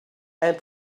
and